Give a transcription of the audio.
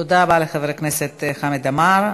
תודה רבה לחבר הכנסת חמד עמאר.